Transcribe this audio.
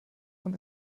von